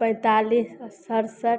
पैँतालिस सड़सठि